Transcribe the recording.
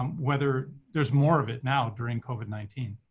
um whether there's more of it now during covid nineteen.